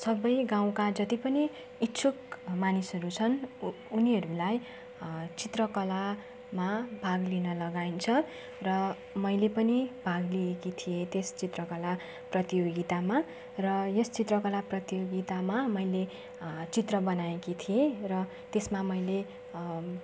सबै गाउँका जति पनि इच्छुक मानिसहरू छन् उनीहरूलाई चित्रकलामा भाग लिन लगाइन्छ र मैले पनि भाग लिएकी थिएँ त्यस चित्रकला प्रतियोगितामा र यस चित्रकला प्रतियोगितामा मैले चित्र बनाएकी थिएँ र त्यसमा मैले